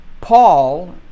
Paul